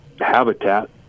habitat